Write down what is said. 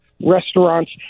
restaurants